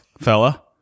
fella